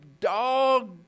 dog